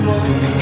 one